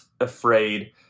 afraid